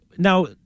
Now